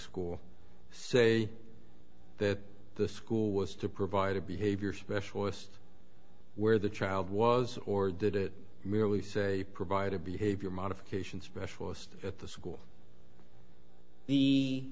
school say that the school was to provide a behavior specialist where the child was or did it merely say provide a behavior modification specialist at the the school